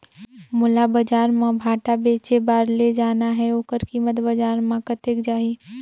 मोला बजार मां भांटा बेचे बार ले जाना हे ओकर कीमत बजार मां कतेक जाही?